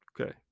Okay